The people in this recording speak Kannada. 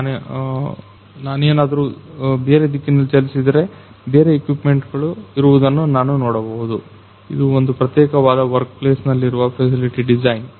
ನಾನೇನಾದರೂ ಬೇರೆ ದಿಕ್ಕಿನಲ್ಲಿ ಚಲಿಸಿದರೆ ಬೇರೆ ಇಕ್ವಿಪ್ಮೆಂಟ್ ಗಳು ಇರುವುದನ್ನು ನಾನು ನೋಡಬಹುದು ಇದು ಒಂದು ಪ್ರತ್ಯೇಕವಾದ ವರ್ಕ್ ಪ್ಲೇಸ್ ನಲ್ಲಿರುವ ಫೆಸಿಲಿಟಿ ಡಿಸೈನ್